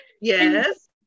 Yes